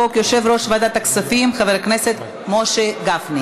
יש מזכירות הכנסת, תפנו לשם.